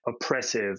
oppressive